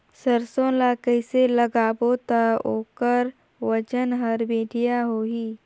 सरसो ला कइसे लगाबो ता ओकर ओजन हर बेडिया होही?